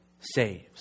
saves